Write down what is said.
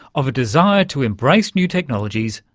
of a desire to embrace new technologies,